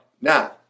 now